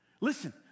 Listen